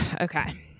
okay